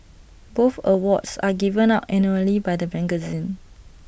both awards are given out annually by the magazine